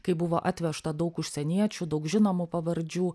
kai buvo atvežta daug užsieniečių daug žinomų pavardžių